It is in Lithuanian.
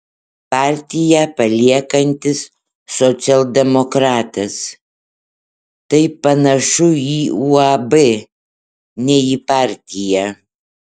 partiją paliekantis socialdemokratas tai panašu į uab ne į partiją